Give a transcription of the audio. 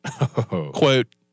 Quote